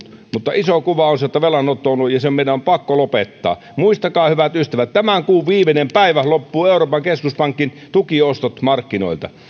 mutta iso kuva on se että velanotto on loppunut ja se meidän on ollu pakko lopettaa muistakaa hyvät ystävät tämän kuun viimeinen päivä loppuvat euroopan keskuspankin tukiostot markkinoilta